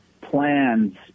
plans